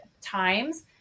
times